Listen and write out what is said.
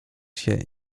się